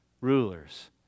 rulers